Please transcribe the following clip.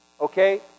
Okay